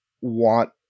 want